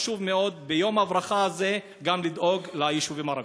חשוב מאוד ביום הברכה הזה גם לדאוג ליישובים הערביים.